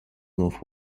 north